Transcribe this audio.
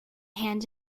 hand